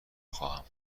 خواهم